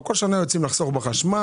ובכל שנה רוצים לחסוך בחשמל,